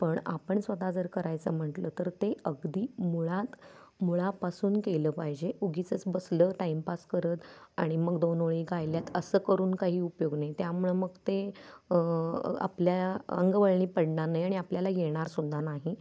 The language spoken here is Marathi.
पण आपण स्वतः जर करायचं म्हटलं तर ते अगदी मुळात मुळापासून केलं पाहिजे उगीचंच बसलं टाइमपास करत आणि मग दोन ओळी गायल्यात असं करून काही उपयोग नाही त्यामुळं मग ते आपल्या अंगवळणी पडणार नाही आणि आपल्याला येणार सुद्धा नाही